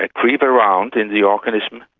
ah creep around in the organism,